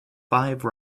five